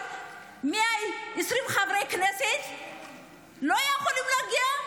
120 חברי כנסת לא יכולים להגיע?